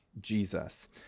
Jesus